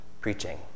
preaching